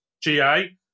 GA